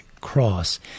cross